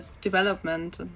development